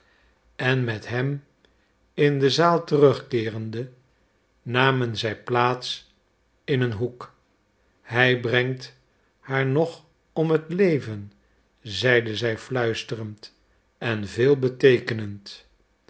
en met hem in de zaal terugkeerend namen zij plaats in een hoek hij brengt haar nog om het leven zeide zij fluisterend en